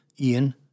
Ian